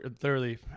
thoroughly